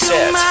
Set